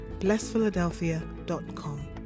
blessphiladelphia.com